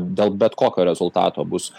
dėl bet kokio rezultato bus